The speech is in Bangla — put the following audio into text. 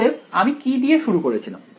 অতএব আমি কী দিয়ে শুরু করেছিলাম